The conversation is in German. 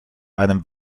einem